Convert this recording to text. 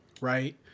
Right